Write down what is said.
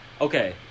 okay